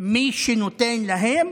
מי שנותן להם